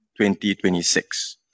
2026